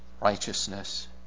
righteousness